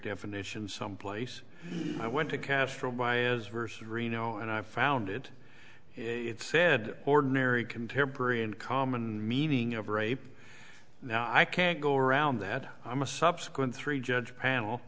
definition someplace i went to castro by as versus reno and i found it it said ordinary contemporary and common meaning of rape now i can't go around that i'm a subsequent three judge panel